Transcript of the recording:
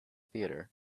theater